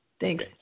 Thanks